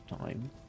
time